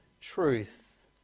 truth